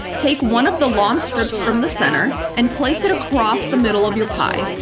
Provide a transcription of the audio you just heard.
take one of the long strips from the center and place it across the middle of your pie.